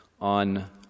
on